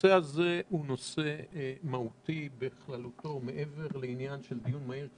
הנושא הזה הוא נושא מהותי והוא מעבר לעניין של דיון מהיר.